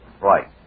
Right